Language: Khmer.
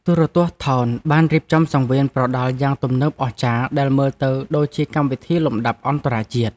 ទូរទស្សន៍ថោនបានរៀបចំសង្វៀនប្រដាល់យ៉ាងទំនើបអស្ចារ្យដែលមើលទៅដូចជាកម្មវិធីលំដាប់អន្តរជាតិ។